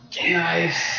nice